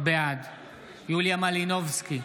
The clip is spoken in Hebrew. בעד יוליה מלינובסקי,